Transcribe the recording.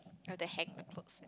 then hang the clothes